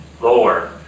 lower